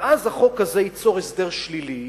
ואז החוק הזה ייצור הסדר שלילי.